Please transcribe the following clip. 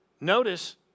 Notice